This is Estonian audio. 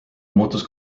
muutus